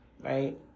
right